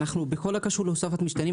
בכל הקשור להוספת משתנים,